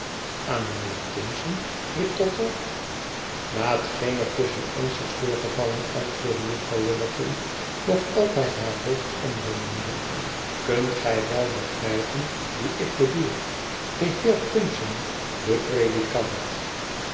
aan mijnheer timson riep tottle na hetgeen er tusschen ons is voorgevallen antwoordde juffrouw lillerton nogaltijd haar hoofd omwendende kunt gij wel begrijpen wien ik bedoel den heer timson den predikant